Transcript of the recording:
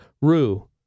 Rue